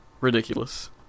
ridiculous